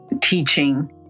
teaching